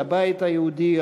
הבית היהודי,